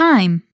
Time